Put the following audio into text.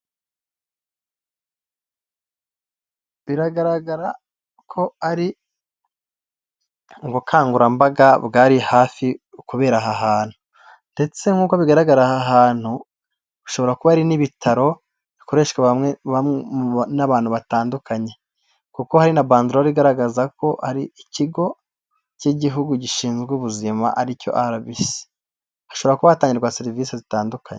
Biragaragara ko ari ubukangurambaga bwari hafi kubera aha hantu ndetse nk'uko bigaragara aha hantu hashobora kuba hari n'ibitaro hakoreshwa bamwe n'abantu batandukanye kuko hari na banderore igaragaza ko ari ikigo cy'igihugu gishinzwe ubuzima aricyo Arabisi hashobora kuba hatangirwa serivisi zitandukanye.